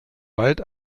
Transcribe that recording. wald